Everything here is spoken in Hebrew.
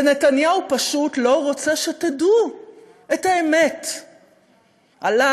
ונתניהו פשוט לא רוצה שתדעו את האמת עליו,